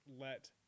let